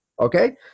okay